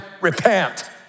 Repent